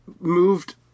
moved